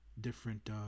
different